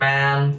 Man